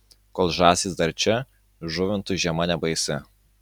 kol žąsys dar čia žuvintui žiema nebaisi